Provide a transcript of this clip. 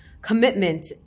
commitment